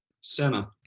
Senna